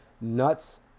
nuts